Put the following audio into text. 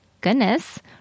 Goodness